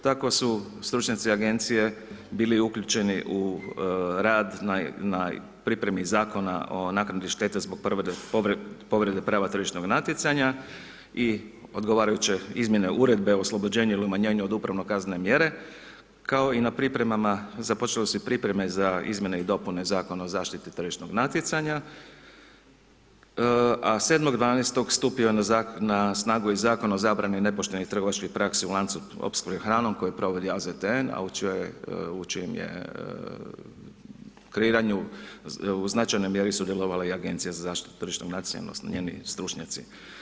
Tako su stručnjaci agencije bili uključeni u rad na pripremi Zakona o naknadi štete zbog povrede prava tržišnog natjecanja i odgovarajuće izmjene uredbe o oslobođenju ili umanjenju od upravno kaznene mjere kao i na pripremama, započele su i pripreme za izmjene i dopune Zakona o zaštiti tržišnog natjecanja a 7.12. stupio je na snagu i Zakon o zabrani nepoštenih trgovačkih praksi u lancu opskrbe hranom koju provodi AZT a u čijem je kreiranju u značajnoj mjeri sudjelovala i Agencija za zaštitu od tržišnog natjecanja odnosno njeni stručnjaci.